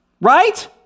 Right